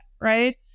right